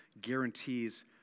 guarantees